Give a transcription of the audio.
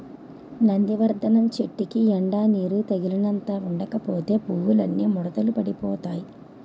నందివర్థనం చెట్టుకి ఎండా నీరూ తగినంత ఉండకపోతే పువ్వులన్నీ ముడతలు పడిపోతాయ్